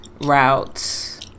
routes